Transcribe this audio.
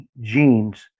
genes